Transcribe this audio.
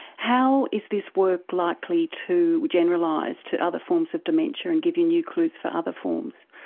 how is this work likely to generalise to other forms of dementia and give you new clues for other forms?